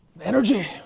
Energy